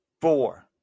Four